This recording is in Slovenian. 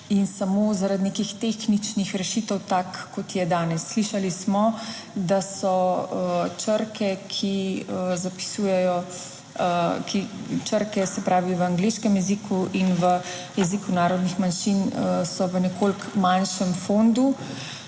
in samo zaradi nekih tehničnih rešitev, tak kot je danes. Slišali smo, da so črke, ki zapisujejo črke, se pravi v angleškem jeziku in v jeziku narodnih manjšin so v nekoliko manjšem fondu.